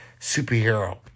superhero